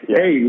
hey